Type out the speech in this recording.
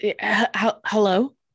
Hello